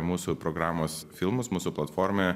mūsų programos filmus mūsų platformoje